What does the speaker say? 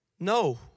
No